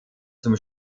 zum